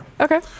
okay